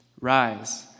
rise